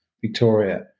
Victoria